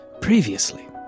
Previously